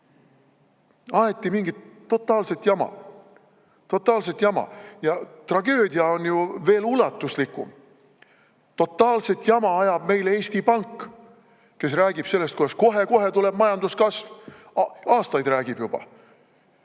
Aeti mingit totaalset jama, totaalset jama. Ja tragöödia on ju veel ulatuslikum. Totaalset jama ajab meile ka Eesti Pank, kes räägib sellest, kuidas kohe-kohe tuleb majanduskasv. Aastaid räägib juba!